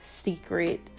Secret